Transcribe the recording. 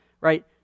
right